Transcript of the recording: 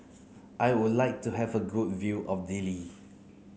I would like to have a good view of Dili